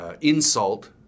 insult